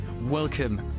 Welcome